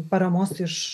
paramos iš